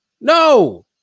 no